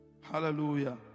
Hallelujah